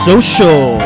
Social